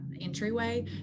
entryway